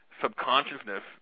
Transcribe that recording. subconsciousness